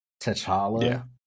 T'Challa –